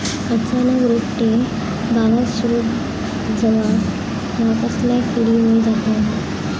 अचानक रोपटे बावाक सुरू जवाप हया कसल्या किडीमुळे जाता?